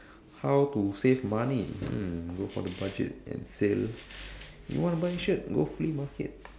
how to save money mm go for the budget and sale you want to buy a shirt go flea market